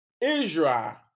Israel